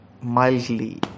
mildly